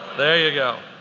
there you go.